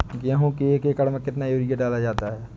गेहूँ के एक एकड़ में कितना यूरिया डाला जाता है?